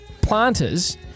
planters